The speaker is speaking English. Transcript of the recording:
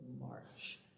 March